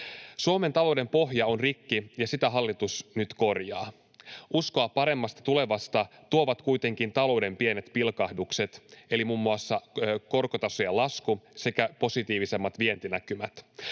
Suomen talouden pohja on rikki, ja sitä hallitus nyt korjaa. Uskoa paremmasta tulevasta tuovat kuitenkin talouden pienet pilkahdukset eli muun muassa korkotasojen lasku sekä positiivisemmat vientinäkymät.